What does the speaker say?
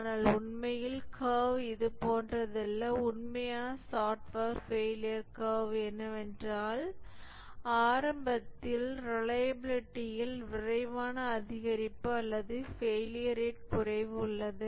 ஆனால் உண்மையில் கர்வ் இது போன்றதல்ல உண்மையான சாப்ட்வேர் ஃபெயிலியர் கர்வ் என்னவென்றால் ஆரம்பத்தில் ரிலையபிலிடியில் விரைவான அதிகரிப்பு அல்லது ஃபெயிலியர் ரேட் குறைவு உள்ளது